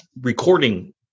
recording